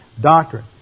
doctrine